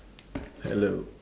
hello